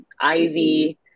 ivy